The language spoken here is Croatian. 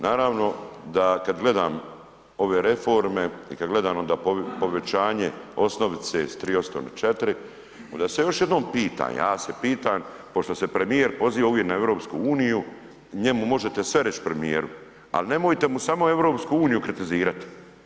Naravno kada gledam ove reforme i kada gledam onda povećanje osnovice s 3 … na 4 onda se još jednom pitam, ja se pitam pošto se premijer poziva uvijek na EU njemu možete sve reći premijeru, ali nemojte mu samo EU kritizirati.